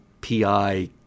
PI